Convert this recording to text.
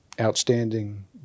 outstanding